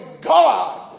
God